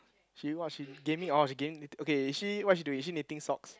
she !wah! she gaming orh she gaming okay is she what is she doing is she knitting socks